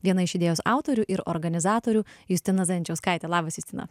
viena iš idėjos autorių ir organizatorių justina zajančiauskaitė labas justina